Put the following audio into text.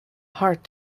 heart